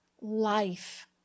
life